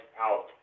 out